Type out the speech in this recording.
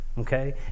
okay